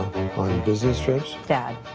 on business trips? dad.